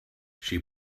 she